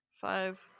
five